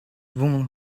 women